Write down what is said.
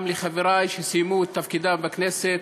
גם לחברי שסיימו את תפקידם בכנסת,